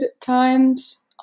times